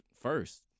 first